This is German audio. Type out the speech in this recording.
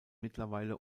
mittlerweile